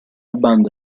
banda